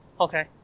Okay